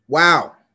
Wow